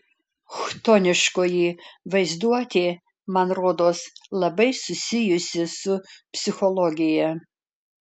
chtoniškoji vaizduotė man rodos labai susijusi su psichologija